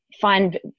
find